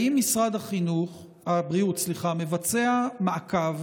האם משרד הבריאות מבצע מעקב